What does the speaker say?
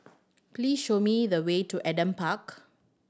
please show me the way to Adam Park